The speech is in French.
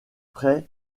près